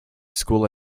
school